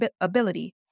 ability